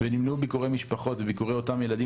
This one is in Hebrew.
ונמנעו ביקורי משפחות וביקורי אותם ילדים.